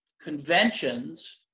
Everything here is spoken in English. conventions